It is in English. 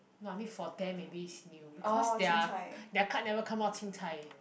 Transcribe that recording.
no I mean for ten maybe is new because their their can't never come out chin-cai